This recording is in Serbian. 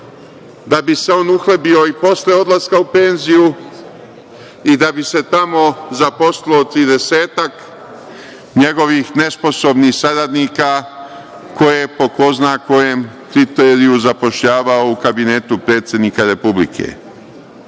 da bi se on uhlebio i posle odlaska u penziju i da bi se tamo zaposlilo tridesetak njegovih nesposobnih saradnika koje po ko zna kojem kriteriju zapošljavao u kabinetu predsednika Republike? Kako